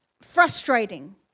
frustrating